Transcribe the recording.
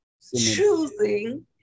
choosing